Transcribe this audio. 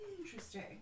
Interesting